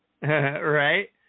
right